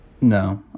No